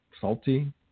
salty